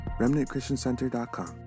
remnantchristiancenter.com